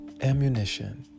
ammunition